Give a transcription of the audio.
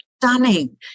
Stunning